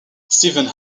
stevens